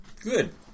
good